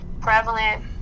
prevalent